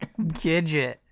gidget